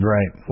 Right